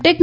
tech